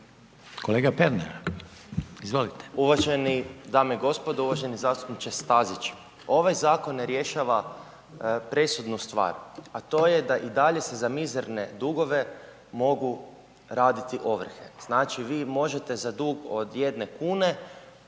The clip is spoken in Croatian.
**Pernar, Ivan (SIP)** Uvaženi dame i gospodo, uvaženi zastupniče Stazić. Ovaj zakon ne rješava presudnu stvar, a to je da i dalje se za mizerne dugove mogu raditi ovrhe. Znači vi možete za dug od jedne kune